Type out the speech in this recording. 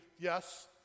yes